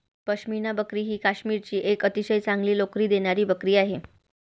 पश्मिना बकरी ही काश्मीरची एक अतिशय चांगली लोकरी देणारी बकरी आहे